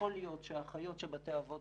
שיכול להיות שבתי אבות